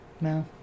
no